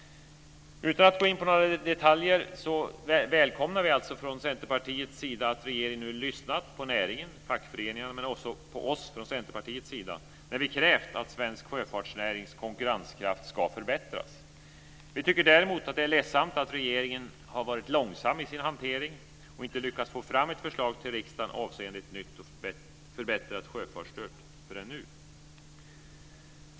Utan att gå in på några detaljer välkomnar vi från Centerpartiets sida att regeringen nu har lyssnat på näringen, fackföreningarna, men också på oss i Centerpartiet, när vi har krävt att svensk sjöfartsnärings konkurrenskraft ska förbättras. Vi tycker däremot att det är ledsamt att regeringen har varit långsam i sin hantering och inte lyckats få fram ett förslag till riksdagen avseende ett nytt och förbättrat sjöfartsstöd förrän nu.